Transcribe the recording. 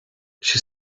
she